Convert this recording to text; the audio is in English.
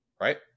right